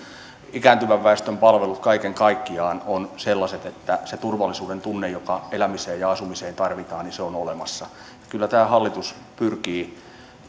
ikääntyvän väestön palvelut kaiken kaikkiaan ovat sellaiset että se turvallisuudentunne joka elämiseen ja asumiseen tarvitaan on olemassa kyllä tämä hallitus pyrkii